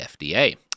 FDA